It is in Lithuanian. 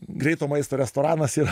greito maisto restoranas yra